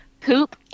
poop